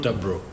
bro